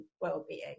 well-being